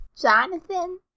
Jonathan